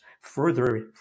further